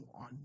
on